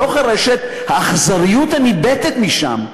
בתוך הרשת, האכזריות הניבטת משם,